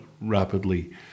rapidly